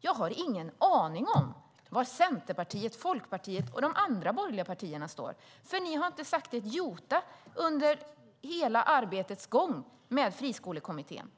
Jag har dock ingen aning om var Centerpartiet, Folkpartiet och de andra borgerliga partierna står. Ni har inte sagt ett jota under hela Friskolekommitténs arbete.